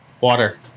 Water